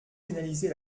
pénaliser